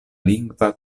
lingva